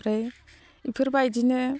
ओमफ्राय इफोरबायदिनो